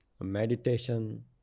meditation